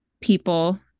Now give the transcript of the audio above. people